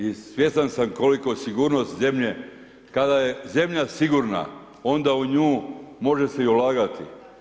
I svjestan sam koliko sigurno zemlje kada je zemlja sigurna, onda u nju može se i ulagati.